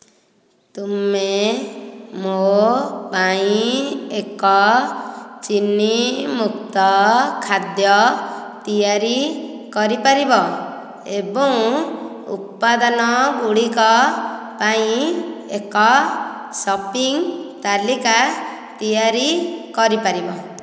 ତୁମେ ମୋ ପାଇଁ ଏକ ଚିନି ମୁକ୍ତ ଖାଦ୍ୟ ତିଆରି କରିପାରିବ ଏବଂ ଉପାଦାନ ଗୁଡ଼ିକ ପାଇଁ ଏକ ସପିଂ ତାଲିକା ତିଆରି କରିପାରିବ